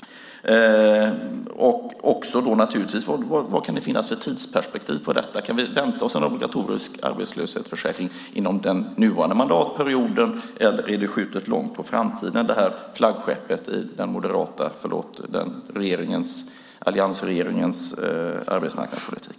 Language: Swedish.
En annan fråga är vad vi kan förvänta oss för tidsperspektiv på detta. Kan vi vänta oss en obligatorisk arbetslöshetsförsäkring inom den nuvarande mandatperioden, eller är det skjutet långt på framtiden, detta flaggskepp i alliansregeringens arbetsmarknadspolitik?